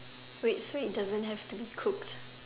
wait so it doesn't have to be cooked